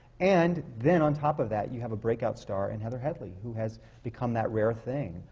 and then, on top of that, you have a breakout star in heather headley, who has become that rare thing,